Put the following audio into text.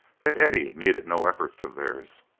that eddie needed no efforts of theirs,